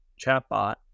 chatbot